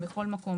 בכל מקום,